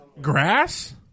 Grass